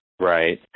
right